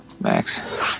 Max